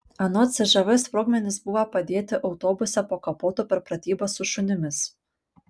anot cžv sprogmenys buvo padėti autobuse po kapotu per pratybas su šunimis